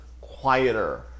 quieter